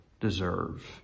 deserve